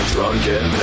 Drunken